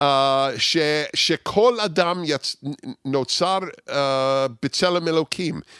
שכל אדם נוצר בצלם אלוקים